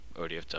ODFW